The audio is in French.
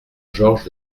georges